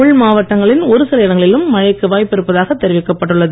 உள் மாவட்டங்களின் ஒருசில இடங்களிலும் மழைக்கு வாய்ப்பு இருப்பதாக தெரிவிக்கப்பட்டு உள்ளது